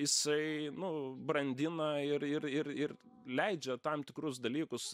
jisai nu brandina ir ir ir ir leidžia tam tikrus dalykus